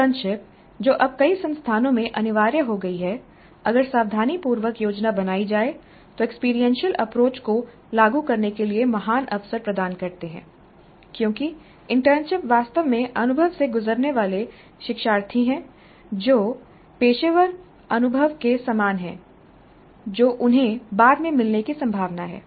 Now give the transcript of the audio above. internship जो अब कई संस्थानों में अनिवार्य हो गई है अगर सावधानीपूर्वक योजना बनाई जाए तो एक्सपीरियंशियल अप्रोच को लागू करने के लिए महान अवसर प्रदान करते हैं क्योंकि इंटर्नशिप वास्तव में अनुभव से गुजरने वाले शिक्षार्थी हैं जो पेशेवर अनुभव के समान है जो उन्हें बाद में मिलने की संभावना है